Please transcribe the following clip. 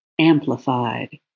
amplified